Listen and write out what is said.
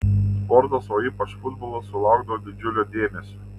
sportas o ypač futbolas sulaukdavo didžiulio dėmesio